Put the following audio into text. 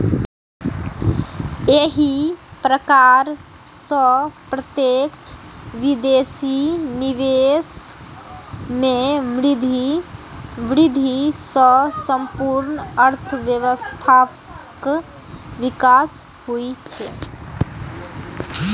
एहि प्रकार सं प्रत्यक्ष विदेशी निवेश मे वृद्धि सं संपूर्ण अर्थव्यवस्थाक विकास होइ छै